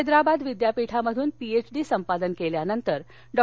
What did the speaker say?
हैद्राबाद विद्यापीठातून पीएचडी संपादन केल्यानंतर डॉ